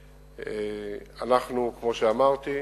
אנחנו, כמו שאמרתי,